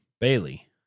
Bailey